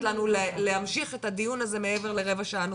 לנו להמשיך את הדיון הזה מעבר לרבע שעה נוספת,